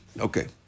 Okay